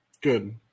Good